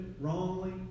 wrongly